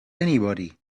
anybody